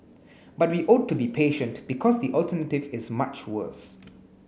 but we ought to be patient because the alternative is much worse